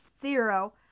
zero